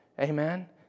Amen